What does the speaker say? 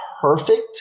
perfect